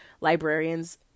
librarians